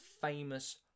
famous